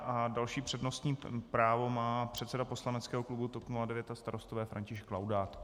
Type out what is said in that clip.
A další přednostní právo má předseda poslaneckého klubu TOP 09 a Starostové František Laudát.